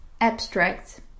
Abstract